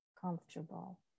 comfortable